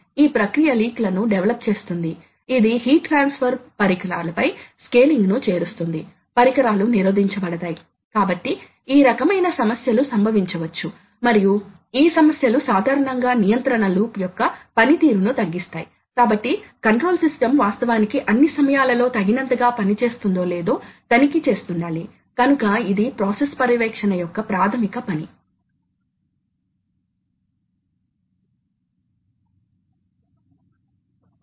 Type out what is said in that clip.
మీరు ఈ సరళం తో లేదా వృత్తాకారం తో ఎలాంటి ఇంటర్పోలేషన్ లేదా అది అదనపు పారాబొలిక్ కావచ్చు చేస్తున్నారు అప్పుడు మీరు ఎలాంటి ఫీడ్బ్యాక్ ను ఉపయోగిస్తున్నారు మీరు డిజిటల్ ఫీడ్బ్యాక్ ను ఉపయోగిస్తున్నారా లేదా అనలాగ్ ఫీడ్బ్యాక్ ను ఉపయోగిస్తున్నారా ప్రాథమిక పొడవుయూనిట్ ఏమిటి